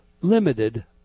limited